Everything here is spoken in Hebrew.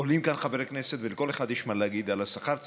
עולים כאן חברי כנסת ולכל אחד יש מה להגיד על השכר.